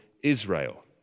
Israel